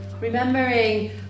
Remembering